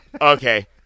okay